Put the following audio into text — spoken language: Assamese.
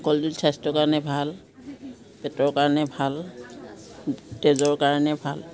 কলডিল স্বাস্থ্যৰ কাৰণে ভাল পেটৰ কাৰণে ভাল তেজৰ কাৰণে ভাল